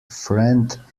friend